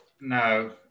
No